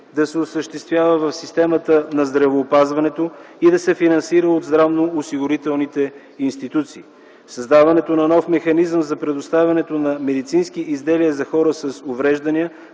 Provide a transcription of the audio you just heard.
да се осъществява в системата на здравеопазването и да се финансира от здравноосигурителните институции. Създаването на нов механизъм за предоставянето на медицински изделия за хора с увреждания